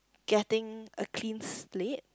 getting a cleans leg